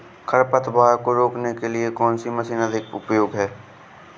खरपतवार को रोकने के लिए कौन सी मशीन अधिक उपयोगी है?